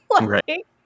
right